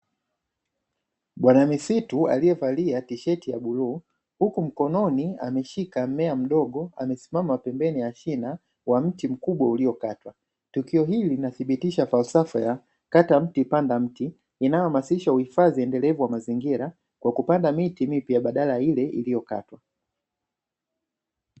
Bwana misitu aliyevalia tisheti ya buluu huku mkononi ameshika mmea mdogo amesimama pembeni ya china kwa mti mkubwa uliokatwa. Tukio hili linathibitisha falsafa ya kata mti panda mti inayohamasisha uhifadhi endelevu wa mazingira kwa kupanda miti mipya badala ya ile iliyokatwa.